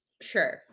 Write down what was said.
sure